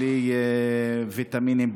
בלי ויטמינים,